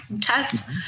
test